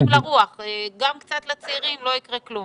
לרוח גם קצת לצעירים - לא יקרה כלום.